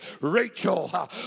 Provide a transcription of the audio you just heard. Rachel